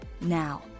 Now